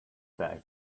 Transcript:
better